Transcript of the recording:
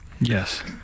Yes